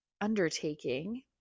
undertaking